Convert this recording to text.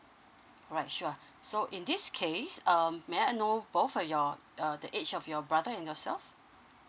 right sure so in this case um may I know both of your uh the age of your brother and yourself